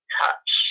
touch